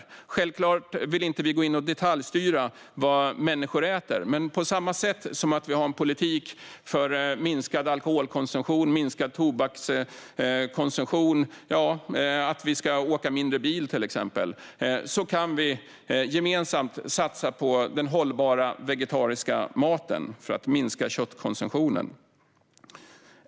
Vi vill självklart inte gå in och detaljstyra vad människor äter, men på samma sätt som vi har politik för till exempel minskad alkoholkonsumtion, minskad tobakskonsumtion och minskat bilkörande kan vi gemensamt satsa på den hållbara vegetariska maten för att minska köttkonsumtionen.